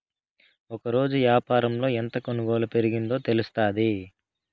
ఒకరోజు యాపారంలో ఎంత కొనుగోలు పెరిగిందో తెలుత్తాది